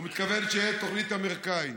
הוא מתכוון שתהיה תוכנית אמריקנית.